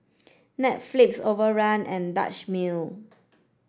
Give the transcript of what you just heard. Netflix Overrun and Dutch Mill